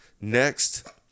Next